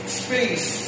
space